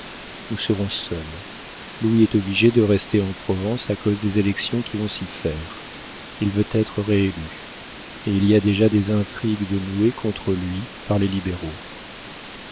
nous serons seules louis est obligé de rester en provence à cause des élections qui vont s'y faire il veut être réélu et il y a déjà des intrigues de nouées contre lui par les libéraux